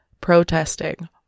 protesting